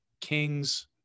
Kings